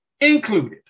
included